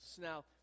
Now